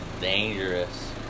dangerous